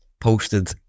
posted